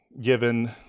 given